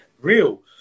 real